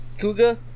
Kuga